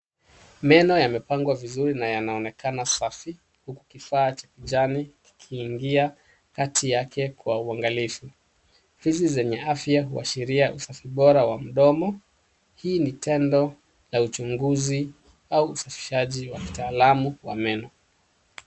Meno yamepangwa vizuri na yanaonekana safi. Kifaa cha kijani, kikiingia kati yake kwa uangalifu. Fizi zenye afya huashiria usafi bora wa mdomo. Hii ni tendo la uchunguzi au usafishaji wa kitaalamu wa meno.